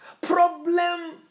Problem